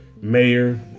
mayor